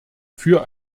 für